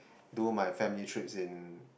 do my family trips in